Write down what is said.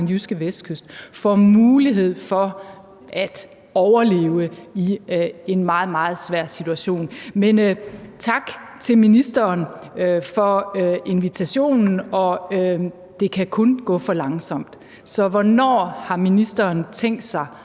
den jyske vestkyst får mulighed for at overleve i en meget, meget svær situation. Men tak til ministeren for invitationen, og det kan kun gå for langsomt. Så hvornår har ministeren tænkt sig